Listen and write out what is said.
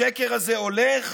השקר הזה הולך